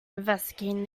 investigating